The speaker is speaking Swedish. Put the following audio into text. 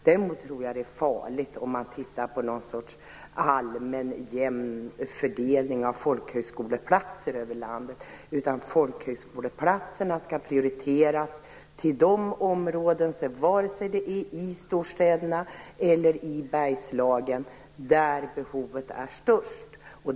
Däremot tror jag att det är farligt om man tittar på en sorts allmän jämn fördelning av folkhögskoleplatser över landet. Folkhögskoleplatserna skall prioriteras till de områden - vare sig det är i storstäderna eller i Bergslagen - där behovet är störst.